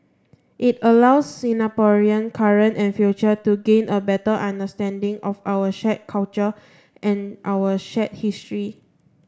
it allows Singaporean current and future to gain a better understanding of our shared culture and our shared history